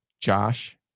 Josh